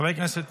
חבר הכנסת